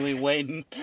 waiting